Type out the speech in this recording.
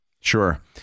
Sure